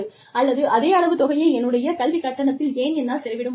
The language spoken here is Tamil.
அல்லது அதே அளவு தொகையை என்னுடைய கல்விக் கட்டணத்தில் ஏன் என்னால் செலவிட முடியாது